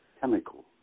chemical